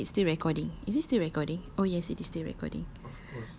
how do I know if it's still recording is it still recording oh yes it is still recording